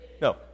no